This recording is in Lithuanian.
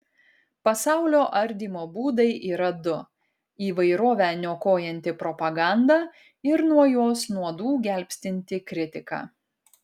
pasaulio ardymo būdai yra du įvairovę niokojanti propaganda ir nuo jos nuodų gelbstinti kritika